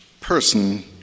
person